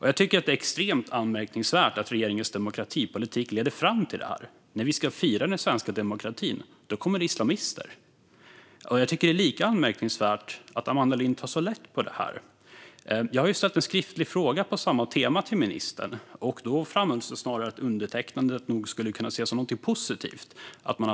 Jag tycker att det är extremt anmärkningsvärt att regeringens demokratipolitik leder fram till detta. När vi ska fira den svenska demokratin kommer det islamister. Jag tycker att det är lika anmärkningsvärt att Amanda Lind tar så lätt på detta. Jag har ställt en skriftlig fråga på samma tema till ministern. Då framhölls det snarare att undertecknandet nog skulle kunna ses som någonting positivt.